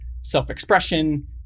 self-expression